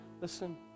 listen